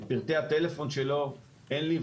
את פרטי הטלפון שלו אין לי.